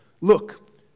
Look